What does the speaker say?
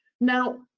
Now